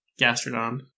Gastrodon